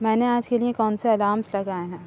میں نے آج کے لیے کون سے الارمز لگائے ہیں